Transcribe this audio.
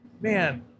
man